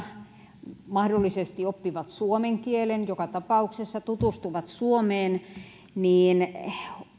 kun he opiskeluaikana mahdollisesti oppivat suomen kielen joka tapauksessa tutustuvat suomeen niin